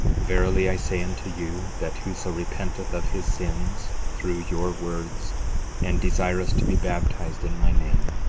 verily i say unto you, that whoso repenteth of his sins through your words and desireth to be baptized in my name,